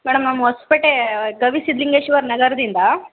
madam ನಮ್ದು ಹೊಸ್ಪೇಟೆ ಗವಿ ಸಿದ್ಲಿಂಗೇಶ್ವರ ನಗರದಿಂದ